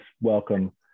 welcome